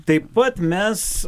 taip pat mes